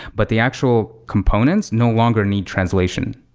but the actual components no longer need translation.